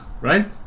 Right